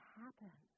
happen